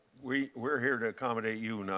we we are here to accommodate you, not